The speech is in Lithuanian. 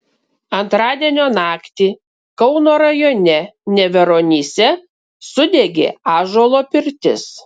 antradienio naktį kauno rajone neveronyse sudegė ąžuolo pirtis